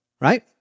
right